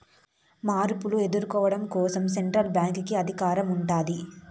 మార్పులు ఎదుర్కోవడం కోసం సెంట్రల్ బ్యాంక్ కి అధికారం ఉంటాది